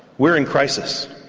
we are in crisis.